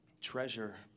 treasure